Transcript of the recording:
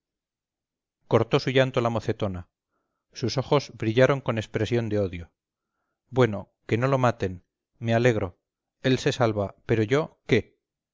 cortó su llanto la mocetona sus ojos brillaron con expresión de odio bueno que no lo maten me alegro él se salva pero yo qué